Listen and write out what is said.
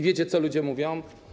Wiecie, co ludzie mówią?